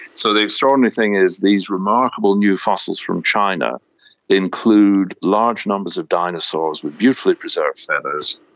so the extraordinary thing is these remarkable new fossils from china include large numbers of dinosaurs with beautifully preserved feathers,